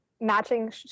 matching